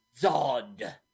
Zod